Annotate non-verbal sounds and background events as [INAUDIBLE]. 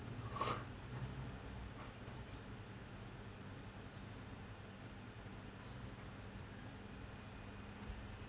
[NOISE]